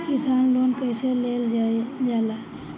किसान लोन कईसे लेल जाला?